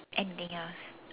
anything else